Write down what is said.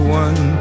one